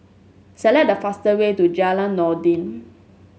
select the fastest way to Jalan Noordin